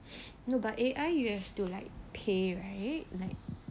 no but A_I you have to like pay right like